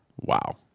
Wow